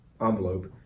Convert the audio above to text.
envelope